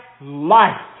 life